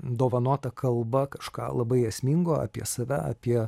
dovanotą kalba kažką labai esmingo apie save apie